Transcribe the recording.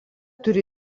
turi